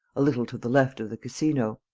a little to the left of the casino.